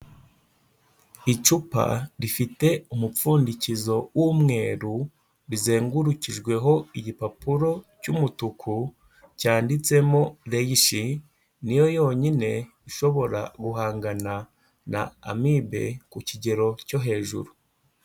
Icupa rifite umupfundikizo w'umweru, rizengurukijweho igipapuro cy'umutuku cyanditsemo reyishi, niyo yonyine ishobora guhangana na amibe ku kigero cyo hejuru.